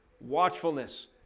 watchfulness